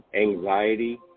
anxiety